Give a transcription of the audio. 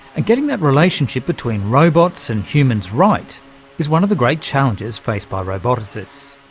and getting that relationship between robots and humans right is one of the great challenges faced by roboticists.